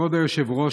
כבוד היושב-ראש,